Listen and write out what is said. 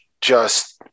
just-